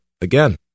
again